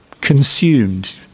consumed